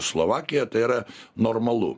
slovakija tai yra normalu